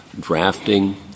drafting